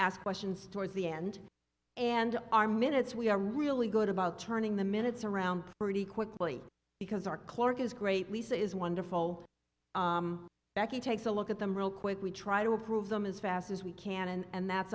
ask questions towards the end and our minutes we are really good about turning the minutes around pretty quickly because our clerk is great lease is wonderful he takes a look at them real quick we try to approve them as fast as we can and that's